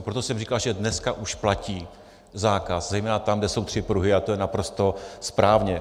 Proto jsem říkal, že dneska už platí zákaz zejména tam, kde jsou tři pruhy, a to je naprosto správně.